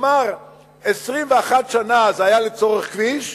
נאמר 21 שנה זה היה לצורך כביש,